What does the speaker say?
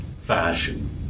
fashion